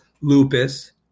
lupus